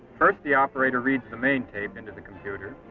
first, the operator reads the main tape into the computer.